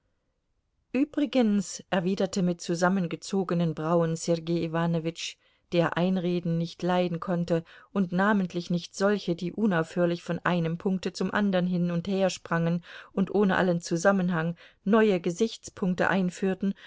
übrigens erwiderte mit zusammengezogenen brauen sergei iwanowitsch der einreden nicht leiden konnte und namentlich nicht solche die unaufhörlich von einem punkte zum andern hin und her sprangen und ohne allen zusammenhang neue gesichtspunkte einführten